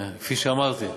כפי שאמרתי,